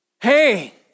Hey